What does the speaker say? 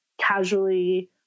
casually